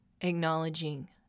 acknowledging